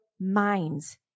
minds